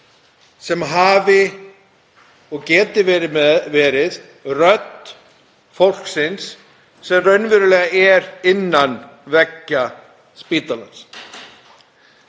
sem hafi og geti verið rödd fólksins sem raunverulega er innan veggja spítalans.